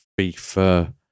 FIFA